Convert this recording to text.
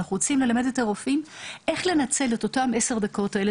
אנחנו ורצים ללמד את הרופאים איך לנצל את אותן 10 הדקות האלה.